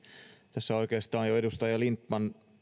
tässä oikeastaan jo edustaja lindtman